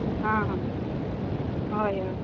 आं हा हय हय